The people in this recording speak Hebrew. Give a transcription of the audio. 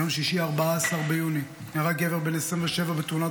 ביום שישי 14 ביוני נהרג גבר בן 27 בתאונת